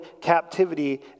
captivity